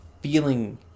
feeling